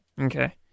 Okay